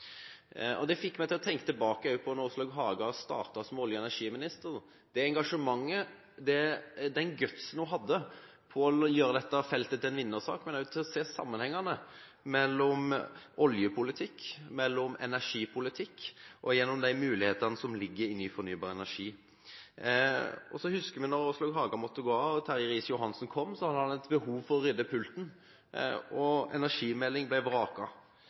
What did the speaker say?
vinnersak. Det fikk meg til å tenke tilbake på da Åslaug Haga startet som olje- og energiminister: det engasjementet, den gøtsen, hun hadde for å gjøre dette feltet til en vinnersak, men også for å se sammenhengene mellom oljepolitikk og energipolitikk og de mulighetene som ligger i ny fornybar energi. Så husker vi da Åslaug Haga måtte gå av og Terje Riis-Johansen kom. Da hadde han et behov for å rydde pulten, og energimelding ble